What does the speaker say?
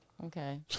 Okay